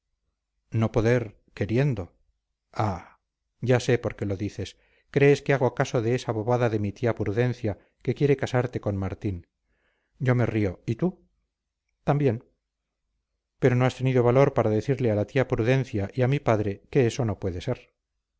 no poder queriendo ah ya sé por qué lo dices crees que hago caso de esa bobada de mi tía prudencia que quiere casarte con martín yo me río y tú también pero no has tenido valor para decirle a la tía prudencia y a mi padre que eso no puede ser